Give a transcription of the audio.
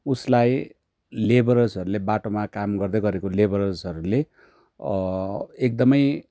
उसलाई लेबरर्सहरूले बाटोमा काम गर्दै गरेको लेबरर्सहरूले एकदमै